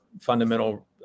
fundamental